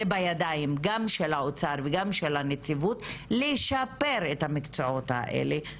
זה בידיים גם של האוצר וגם של הנציבות לשפר את המקצועות האלה,